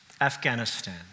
Afghanistan